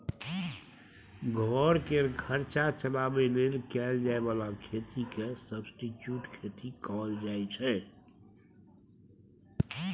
घर केर खर्चा चलाबे लेल कएल जाए बला खेती केँ सब्सटीट्युट खेती कहल जाइ छै